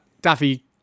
Daffy